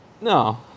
No